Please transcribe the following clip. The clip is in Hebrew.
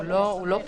הוא לא שרירותי,